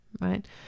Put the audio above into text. right